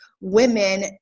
women